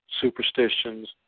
superstitions